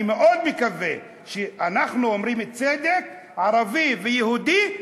אני מאוד מקווה שכשאנחנו אומרים צדק, ערבי ויהודי.